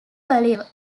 value